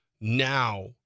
now